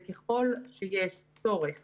וככל שיש צורך